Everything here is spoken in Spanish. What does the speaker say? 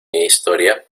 historia